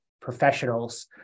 professionals